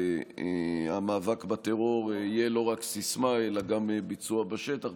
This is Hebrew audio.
והמאבק בטרור יהיה לא רק סיסמה אלא גם ביצוע בשטח.